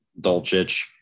Dolchich